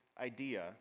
idea